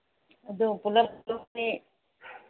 ꯑꯗꯨ ꯄꯨꯜꯂꯞ ꯂꯧꯔꯦ